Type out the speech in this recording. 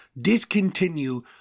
discontinue